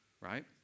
right